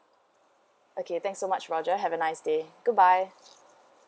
okay thanks so much roger have a nice day goodbye